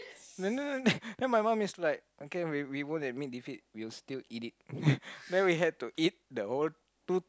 no no no no then my mum is like no we won't admit defeat then we had to the whole two